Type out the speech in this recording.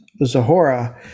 Zahora